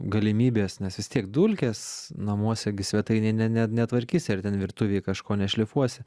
galimybės nes vis tiek dulkės namuose gi svetainėj ne ne netvarkys ar ten virtuvėj kažko nešlifuosi